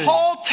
Paul